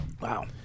Wow